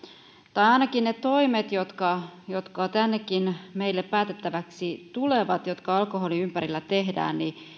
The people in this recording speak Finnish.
tai ainakaan ne toimet jotka jotka tännekin meille päätettäväksi tulevat jotka alkoholin ympärillä tehdään